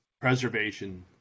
preservation